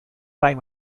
prime